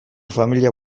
familia